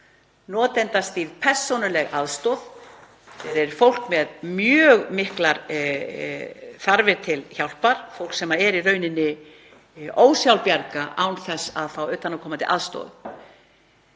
notendastýrða persónulega aðstoð fyrir fólk með mjög miklar þarfir til hjálpar, fólk sem er í rauninni ósjálfbjarga án þess að fá utanaðkomandi aðstoð?